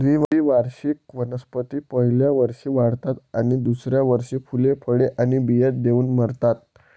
द्विवार्षिक वनस्पती पहिल्या वर्षी वाढतात आणि दुसऱ्या वर्षी फुले, फळे आणि बिया देऊन मरतात